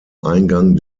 eingang